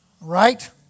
Right